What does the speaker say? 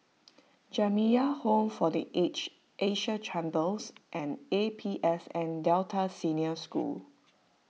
Jamiyah Home for the Aged Asia Chambers and A P S N Delta Senior School